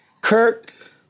Kirk